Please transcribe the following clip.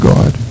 God